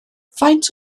faint